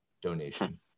donation